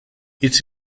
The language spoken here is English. its